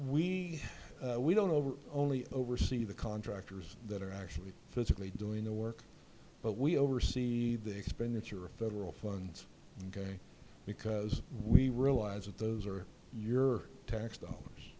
we we don't know we're only oversee the contractors that are actually physically doing the work but we oversee the expenditure of federal funds ok because we realize that those are your tax dollars